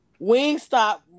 Wingstop